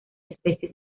especies